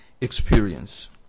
experience